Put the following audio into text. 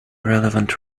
relevant